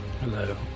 Hello